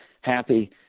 happy